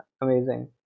Amazing